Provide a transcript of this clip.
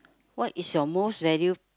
what is your most value